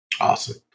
awesome